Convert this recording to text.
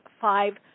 five –